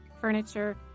furniture